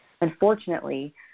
Unfortunately